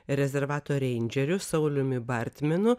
rezervato reindžeriu sauliumi bartminu